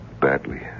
badly